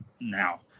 now